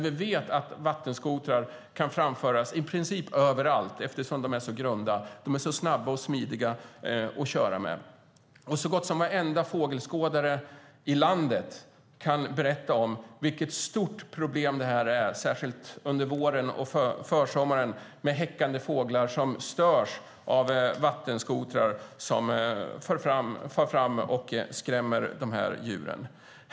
Vi vet att vattenskotrar kan framföras i princip överallt, eftersom de är så grunda, snabba och smidiga att köra med. Så gott som varenda fågelskådare i landet kan berätta om vilket stort problem det är, särskilt under våren och försommaren, med häckande fåglar som störs av vattenskotrar som far fram och skrämmer dem.